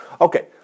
Okay